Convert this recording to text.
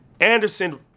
Anderson